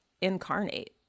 incarnate